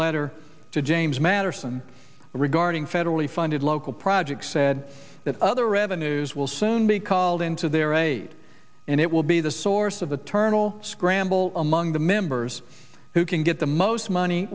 letter james madison regarding federally funded local projects said that other revenues will soon be called into their aid and it will be the source of a turn all scramble among the members who can get the most money